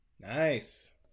nice